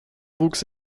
wuchs